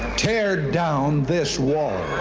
tear down this wall